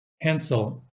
Hansel